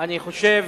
אני חושב